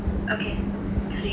okay